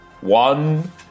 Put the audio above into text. One